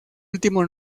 último